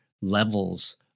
levels